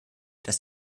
dass